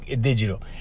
digital